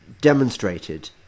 Demonstrated